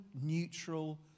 neutral